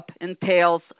entails